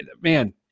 Man